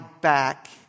back